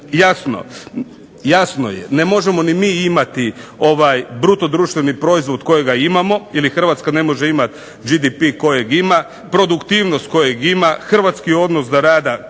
Jasno je ne možemo ni mi imati bruto društveni proizvod kojega imamo, ili Hrvatska ne može imati GDP kojeg ima, produktivnost kojeg ima, hrvatski odnos da rada